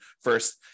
first